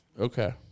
Okay